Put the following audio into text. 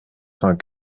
cent